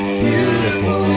beautiful